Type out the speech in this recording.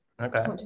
okay